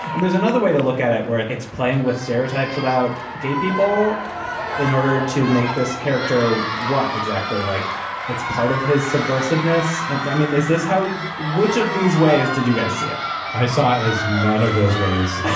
and there's another way to look at it where it's playing with stereotypes about gay people in order to make this character what exactly like it's part of his subversive ness. and i mean is this how which of these ways did you guys see it i saw it as none of those ways.